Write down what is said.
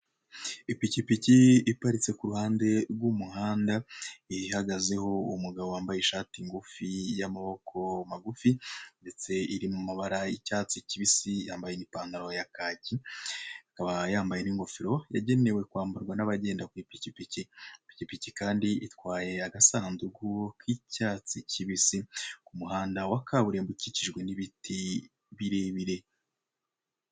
Ipikipiki iparitse ku ruhande rw'umuhanda ihagazeho umugabo wambaye ishati ngufi y'amaboko magufi ndetse iri mu mabara y'icyatsi kibisi yambaye n'ipantalo ya kaki, akaba yambaye n'ingofero yagenewe kwambarwa n'abagenda ku ipikipiki, ipikipiki kandi itwaye agasanduku k'icyatsi kibisi umuhanda wa kaburimbo ukikijwe n'ibiti birebire.